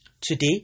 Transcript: Today